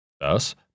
Thus